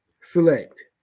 select